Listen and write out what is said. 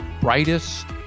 brightest